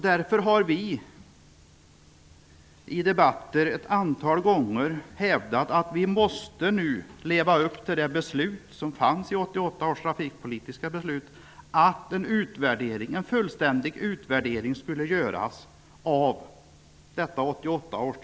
Därför har vi i debatter ett antal gånger hävdat att vi måste leva upp till beslutet i 1988 års trafikpolitiska beslut, nämligen att en fullständig utvärdering skall göras.